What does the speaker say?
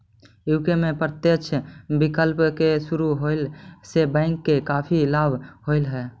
UK में प्रत्यक्ष विकलन के शुरू होवे से बैंक के काफी लाभ होले हलइ